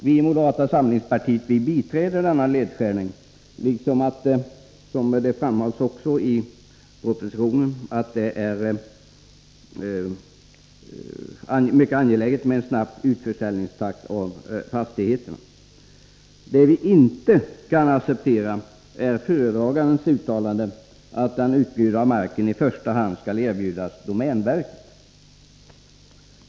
Vi inom moderata samlingspartiet biträder denna nedskärning och håller med om, som också framhållits i propositionen om, det angelägna i en snabb utförsäljningstakt i fråga om fastigheter. Det vi inte kan acceptera är föredragandens uttalande att marken i första hand skall erbjudas domänverket.